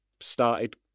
started